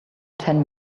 ten